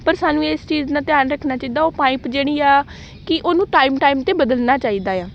ਪਰ ਸਾਨੂੰ ਇਸ ਚੀਜ਼ ਨਾਲ ਧਿਆਨ ਰੱਖਣਾ ਚਾਹੀਦਾ ਉਹ ਪਾਈਪ ਜਿਹੜੀ ਆ ਕਿ ਉਹਨੂੰ ਟਾਈਮ ਟਾਈਮ 'ਤੇ ਬਦਲਣਾ ਚਾਹੀਦਾ ਆ